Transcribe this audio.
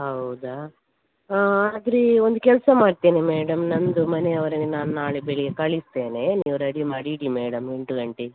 ಹೌದಾ ಆದರೆ ಒಂದು ಕೆಲಸ ಮಾಡ್ತೇನೆ ಮೇಡಮ್ ನನ್ನದು ಮನೆ ಅವರನ್ನೆ ನಾನು ನಾಳೆ ಬೆಳಿಗ್ಗೆ ಕಳಿಸ್ತೇನೆ ನೀವು ರೆಡಿ ಮಾಡಿ ಇಡಿ ಮೇಡಮ್ ಎಂಟು ಗಂಟೆಗೆ